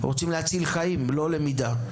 אנחנו רוצים להציל חיים; לא למידה.